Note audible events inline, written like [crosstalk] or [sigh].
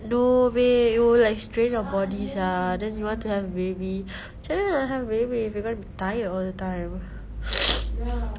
no babe it will like strain your body sia then you want to have baby camne nak have a baby if you're gonna be tired all the time [noise]